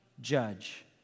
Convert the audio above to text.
judge